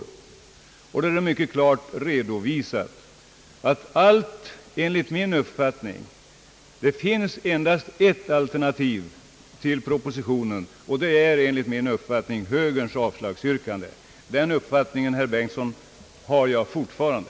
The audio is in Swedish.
I mitt inlägg har jag mycket klart redovisat att det enligt min uppfattning endast finns ett alternativ till förslaget i propositionen, nämligen högerns avslagsyrkande. Den uppfattningen, herr Bengtson, har jag fortfarande!